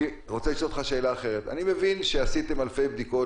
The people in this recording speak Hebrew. אני רוצה לשאול אותך שאלה אחרת: אני מבין שעשיתם אלפי בדיקות